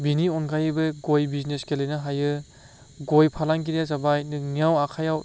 बिनि अनगायैबो गय बिजनेस गेलेनो हायो गय फालांगिरिया जाबाय नोंनिआव आखायाव